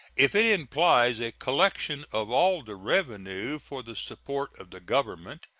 if it implies a collection of all the revenue for the support of the government,